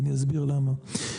ואני אסביר למה.